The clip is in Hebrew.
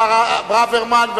השר ברוורמן,